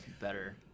better